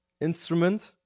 instrument